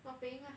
not paying lah